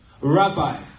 Rabbi